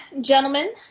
gentlemen